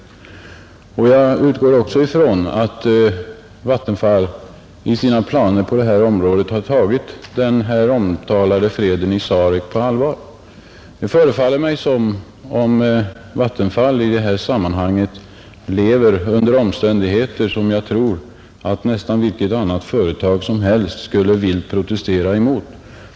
Jag utgår också ifrån att Vattenfall vid uppgörandet av sina planer har tagit den omtalade freden i Sarek på allvar. Det förefaller mig som om Vattenfall i detta sammanhang lever under omständigheter som jag tror att nästan vilket annat företag som helst skulle vilt protestera emot.